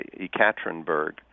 Ekaterinburg